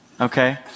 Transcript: Okay